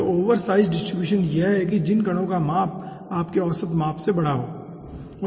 तो oversize distribution यह है कि जिन कणों का माप आपके औसत माप से बड़ा हैं ठीक है